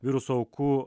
viruso aukų